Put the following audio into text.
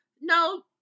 No